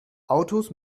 autos